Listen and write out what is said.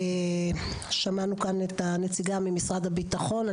שמענו כאן את הנציגה ממשרד הביטחון.